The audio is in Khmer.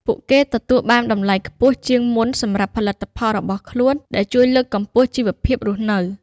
ពួកគេទទួលបានតម្លៃខ្ពស់ជាងមុនសម្រាប់ផលិតផលរបស់ខ្លួន ដែលជួយលើកកម្ពស់ជីវភាពរស់នៅ។